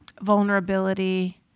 vulnerability